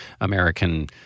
American